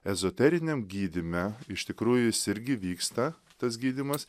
ezoteriniam gydyme iš tikrųjų jis irgi vyksta tas gydymas